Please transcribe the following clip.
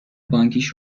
بانکیش